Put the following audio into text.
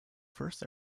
first